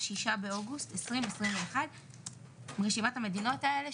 (6 באוגוסט 2021). רשימת המדינות האלה,